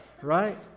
right